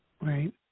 Right